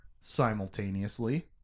simultaneously